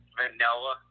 vanilla